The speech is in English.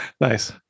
Nice